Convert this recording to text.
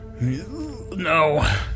No